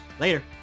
Later